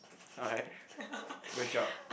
alright good job